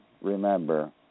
remember